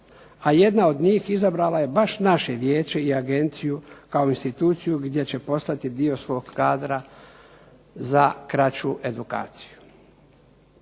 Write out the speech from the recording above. a jedna od njih izabrala je baš naše Vijeće i Agenciju kao instituciju gdje će poslati dio svog kadra za kraću edukaciju.